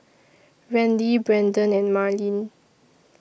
Randi Brendon and Marlyn